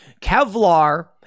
Kevlar